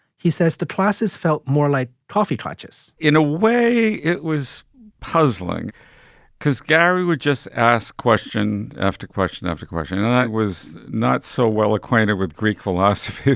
he says the classes felt more like toffee clutches in a way, it was puzzling because gary would just ask question after question after question. i was not so well acquainted with greek philosophy